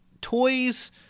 toys